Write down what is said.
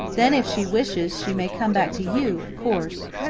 then, if she wishes, she may come back to you, of course.